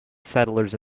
settlers